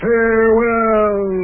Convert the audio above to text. Farewell